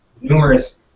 numerous